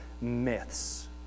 myths